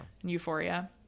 Euphoria